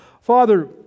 Father